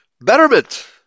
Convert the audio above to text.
betterment